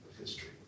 history